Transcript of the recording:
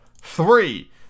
three